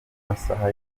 amasaha